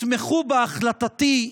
יתמכו בהחלטתי,